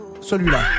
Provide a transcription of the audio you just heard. Celui-là